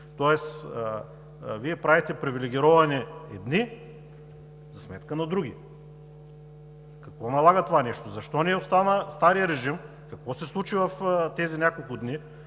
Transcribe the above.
тоест Вие правите привилегировани едни, за сметка на други. Какво налага това нещо? Защо не остана старият режим? Какво се случи в тези няколко дни?